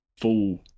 full